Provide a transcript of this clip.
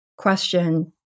question